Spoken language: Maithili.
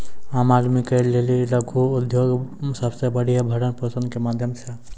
आम आदमी के लेली लघु उद्योग सबसे बढ़िया भरण पोषण के माध्यम छै